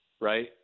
Right